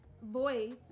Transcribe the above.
Voice